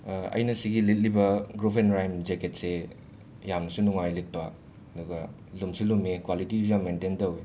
ꯑꯩꯅ ꯁꯤꯒꯤ ꯂꯤꯠꯂꯤꯕ ꯒ꯭ꯔꯨꯕꯦꯟ ꯔꯥꯏꯝ ꯖꯦꯛꯀꯦꯠꯁꯦ ꯌꯥꯝꯅꯁꯨ ꯅꯨꯡꯉꯥꯏ ꯂꯤꯠꯄ ꯑꯗꯨꯒ ꯂꯨꯝꯁꯨ ꯂꯨꯝꯃꯤ ꯀ꯭ꯋꯥꯂꯤꯇꯤꯁꯨ ꯌꯥꯝ ꯃꯦꯟꯇꯦꯟ ꯇꯧꯋꯤ